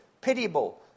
pitiable